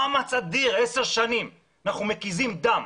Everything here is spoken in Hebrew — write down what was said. עשר שנים אנחנו מקיזים דם.